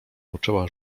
poczęła